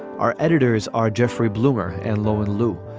our editors are jeffrey blumer and lowe and lou.